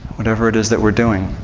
whatever it is that we're doing.